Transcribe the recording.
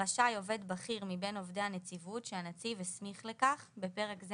רשאי עובד בכיר מבין עובדי הנציבות שהנציב הסמיך לכך (בפרק זה